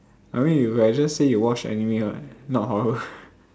I mean you can just say you watch anime what not horror